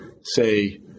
say